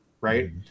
right